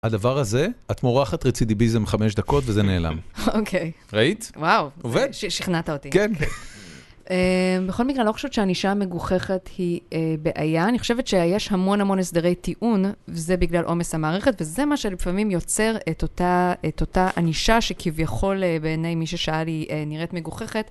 הדבר הזה, את מורחת רצידיביזם חמש דקות, וזה נעלם. אוקיי. ראית? וואו. עובד? שכנעת אותי. כן. בכל מקרה, לא חושבת שענישה המגוחכת היא בעיה. אני חושבת שיש המון המון הסדרי טיעון, וזה בגלל עומס המערכת, וזה מה שלפעמים יוצר את אותה ענישה, שכביכול בעיני מי ששאל, היא נראית מגוחכת.